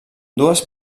dues